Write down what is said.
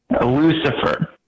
Lucifer